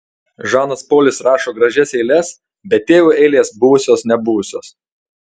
žanas polis rašo gražias eiles bet tėvui eilės buvusios nebuvusios